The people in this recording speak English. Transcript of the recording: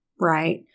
Right